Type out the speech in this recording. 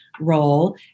role